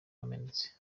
wamenetse